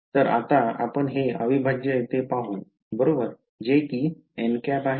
तर आता आपण हे अविभाज्य येथे पाहू बरोबर जे कि आहे